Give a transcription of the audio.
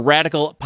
Radical